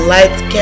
Lights